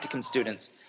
students